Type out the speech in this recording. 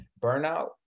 burnout